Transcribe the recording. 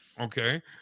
Okay